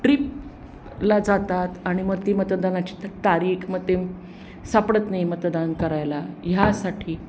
ट्रीपला जातात आणि मग ती मतदानची तारीख मग ते सापडत नाही मतदान करायला ह्या साठी